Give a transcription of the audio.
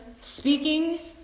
speaking